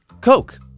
Coke